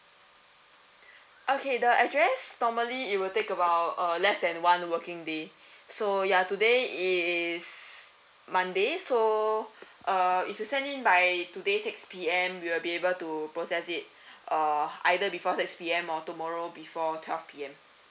okay the address normally it will take about uh less than one working day so ya today is monday so uh if you send in by today six P_M we will be able to process it uh either before six P_M or tomorrow before twelve P_M